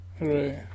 Right